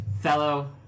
fellow